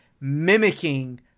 mimicking